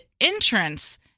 entrance